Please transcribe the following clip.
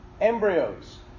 embryos